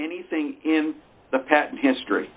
anything in the past history